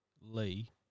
Lee